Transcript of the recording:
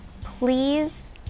Please